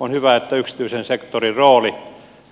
on hyvä että yksityisen sektorin rooli